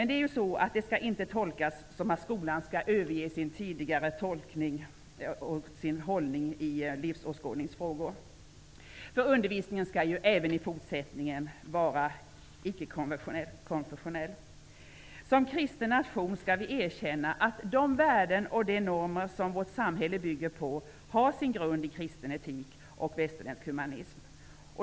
Det skall inte tolkas så att skolan skall överge sin tidigare hållning i livsåskådningsfrågor. Undervisningen skall även i fortsättningen vara icke-konfessionell. Som kristen nation skall vi erkänna att de värden och de normer som vårt samhälle bygger på har sin grund i kristen etik och västerländsk humanism.